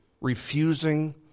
refusing